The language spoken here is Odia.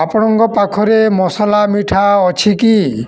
ଆପଣଙ୍କ ପାଖରେ ମସଲା ମିଠା ଅଛି କି